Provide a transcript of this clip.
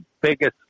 biggest